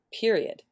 period